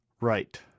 Right